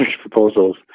proposals